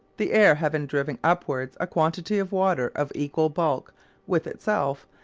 the air having driven upwards a quantity of water of equal bulk with itself,